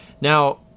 now